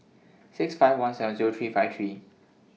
six five one seven Zero three five three